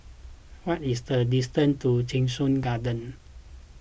what is the distance to Cheng Soon Garden